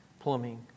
plumbing